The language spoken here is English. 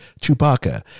Chewbacca